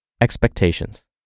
Expectations